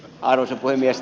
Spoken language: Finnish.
arvoisa puhemies